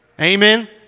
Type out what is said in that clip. Amen